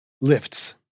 lifts